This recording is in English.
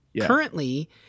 currently